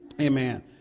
Amen